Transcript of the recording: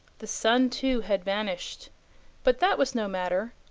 the sun too had vanished but that was no matter,